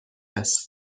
است